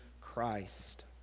Christ